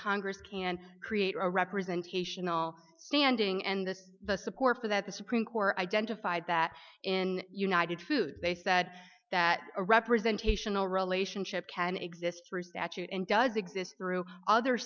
congress can create a representation standing and this is the support for that the supreme court identified that in united food they said that a representation a relationship can exist and does exist through other